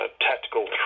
tactical